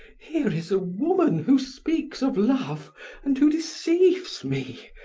here is a woman who speaks of love and who deceives me,